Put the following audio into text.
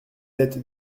êtes